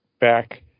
back